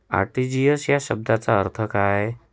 RTGS या शब्दाचा अर्थ काय?